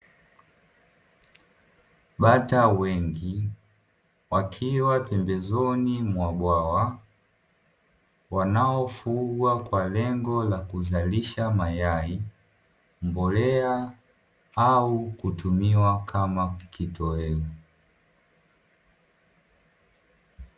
Bata wengi wakiwa pembezoni mwa bwawa wanaofugwa kwa lengo la kuzalisha mayai, mbolea au kutumiwa kama kitoweo.